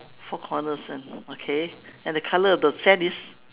four corners ah okay and the colour of the sand is